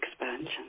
expansion